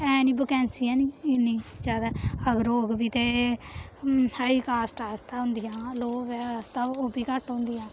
ऐ निं वकैंसियां निं इ'न्नी जैदा अगर होग बी ते हाई कास्ट आस्तै होंदियां हियां लोह् आस्तै ओह् बी घट्ट होंदियां